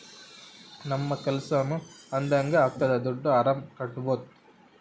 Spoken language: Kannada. ನಮ್ ಕೆಲ್ಸನೂ ಅದಂಗೆ ಆಗ್ತದೆ ದುಡ್ಡು ಆರಾಮ್ ಕಟ್ಬೋದೂ